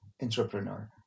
entrepreneur